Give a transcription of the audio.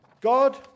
God